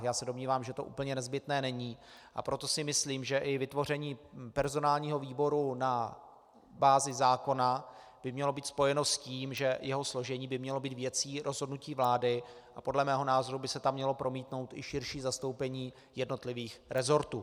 Já se domnívám, že to úplně nezbytné není, a proto si myslím, že i vytvoření personálního výboru na bázi zákona by mělo být spojeno s tím, že jeho složení by mělo být věcí rozhodnutí vlády, a podle mého názoru by se tam mělo promítnout i širší zastoupení jednotlivých resortů.